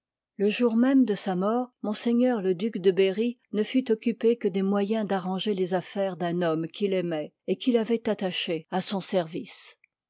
le jour même de sa mort me'le duc de berry ne fut occupé que des moyens d'arranger les affaires d'un homme qu'il aimoit et qu'il avoit attaché à son service